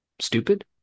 stupid